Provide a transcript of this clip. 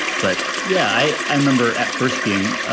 but yeah, i remember at first being